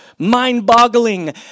Mind-boggling